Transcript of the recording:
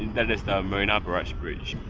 that is the marina barrage bridge.